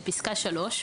בפסקה (3),